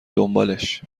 دنبالش